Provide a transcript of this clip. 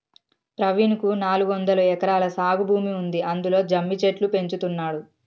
ప్రవీణ్ కు నాలుగొందలు ఎకరాల సాగు భూమి ఉంది అందులో జమ్మి చెట్లు పెంచుతున్నాడు